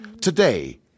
Today